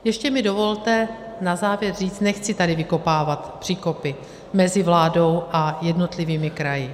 Ještě mi dovolte na závěr říct, nechci tady vykopávat příkopy mezi vládou a jednotlivými kraji.